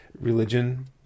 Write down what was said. religion